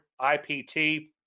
ipt